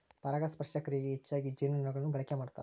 ಪರಾಗಸ್ಪರ್ಶ ಕ್ರಿಯೆಗೆ ಹೆಚ್ಚಾಗಿ ಜೇನುನೊಣಗಳನ್ನ ಬಳಕೆ ಮಾಡ್ತಾರ